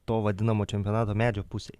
to vadinamo čempionato medžio pusėj